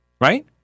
right